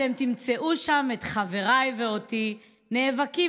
אתם תמצאו שם את חבריי ואותי נאבקים